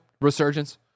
resurgence